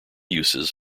uses